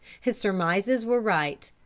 his surmises were right.